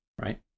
right